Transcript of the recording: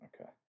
okay